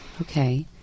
Okay